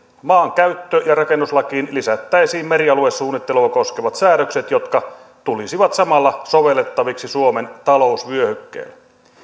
maankäyttö ja rakennuslakiin lisättäisiin merialuesuunnittelua koskevat säädökset jotka tulisivat samalla sovellettaviksi suomen talousvyöhykkeellä